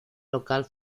local